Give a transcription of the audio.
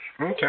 Okay